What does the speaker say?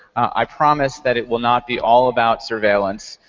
i promise that it will not be all about surveillance.